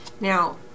Now